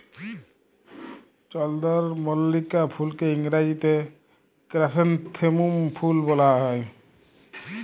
চলদরমল্লিকা ফুলকে ইংরাজিতে কেরাসনেথেমুম ফুল ব্যলা হ্যয়